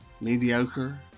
mediocre